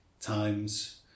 times